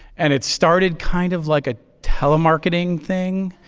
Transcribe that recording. and it started kind of like a telemarketing thing.